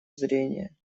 зрение